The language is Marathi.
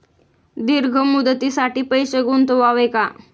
दीर्घ मुदतीसाठी पैसे गुंतवावे का?